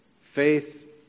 Faith